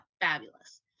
fabulous